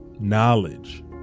knowledge